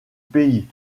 pays